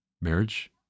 marriage